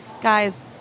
guys